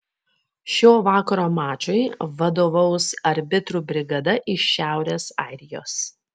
šio vakaro mačui vadovaus arbitrų brigada iš šiaurės airijos